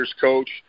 coach